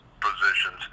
positions